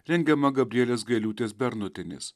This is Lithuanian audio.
rengiama gabrielės gailiūtės bernotienės